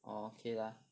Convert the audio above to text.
orh okay lah